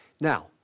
Now